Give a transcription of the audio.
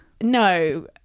no